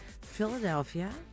Philadelphia